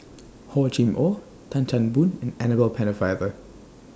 Hor Chim Or Tan Chan Boon and Annabel Pennefather